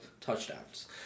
touchdowns